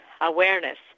awareness